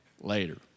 later